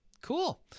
Cool